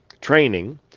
training